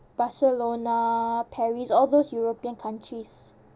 barcelona paris all those european countries